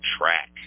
track